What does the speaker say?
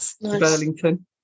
burlington